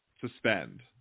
suspend